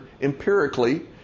empirically